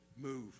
move